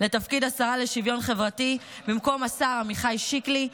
לתפקיד השרה לשוויון חברתי במקום השר עמיחי שיקלי,